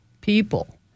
people